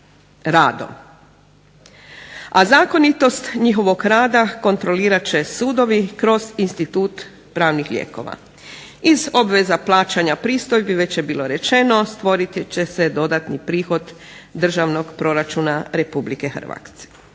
A zakonitost njihovog rada kontrolirat će sudovi kroz institut pravnih lijekova. Iz obveza plaćanja pristojbi već je bilo rečeno stvoriti će se dodatni prihod državnog proračuna RH. Dakle,